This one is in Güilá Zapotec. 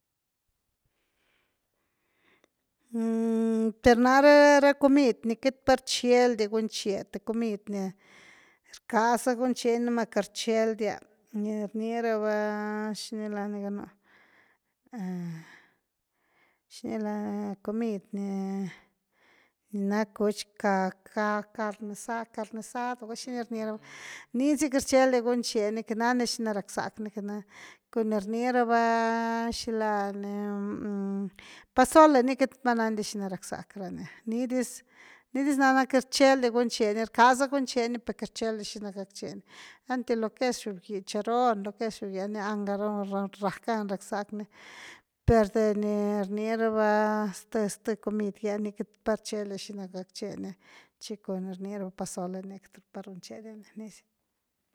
per nare ra comid ni queity pa rcheldia gunche, th comid ni rckaza guncheni núma queity rcheldia, ni rni raba xini la ni ganó shini lani, comid ni-ni ná cuch, ca–ca carne asad, carne asado, gula xini rni raba ni, nizy queity rcheldia gunche ni, queity nandia xina rackzack ni, cun ni rni raba xila ni, pozole ni queity pá nandia xina rack zack ni, ni dis nana queity rchedia gunche ni, rckasa gunche ni, per queity rcheldia xina gackche ni, einty lo que es xob giny chirron, lo que es xobginy anga rackan rack zack ni per de ni rni raba zth-zth comid gy ah ni queity pa rcheldia xina gack che ni, tchi cun ni rni raba pozole ni queity pa ruche dia ni, nizy.